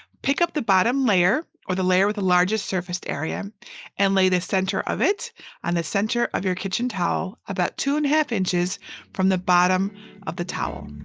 pick up the bottom layer or the layer with the largest surfaced area and lay the center of it on the center of your kitchen towel about two and a half inches from the bottom of the towel.